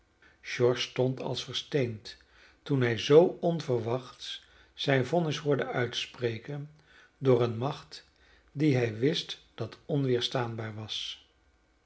george stond als versteend toen hij zoo onverwachts zijn vonnis hoorde uitspreken door eene macht die hij wist dat onweerstaanbaar was